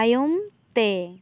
ᱛᱟᱭᱚᱢ ᱛᱮ